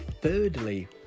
thirdly